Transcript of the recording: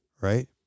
right